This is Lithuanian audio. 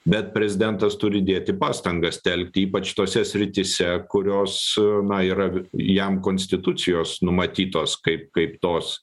bet prezidentas turi dėti pastangas telkti ypač tose srityse kurios na yra jam konstitucijos numatytos kaip kaip tos